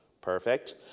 Perfect